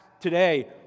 today